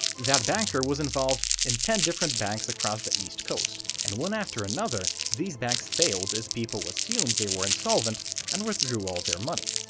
that banker was involved in ten different banks across the east coast and one after another these banks failed as people assumed they were insolvent and withdrew all their money.